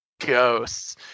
Ghosts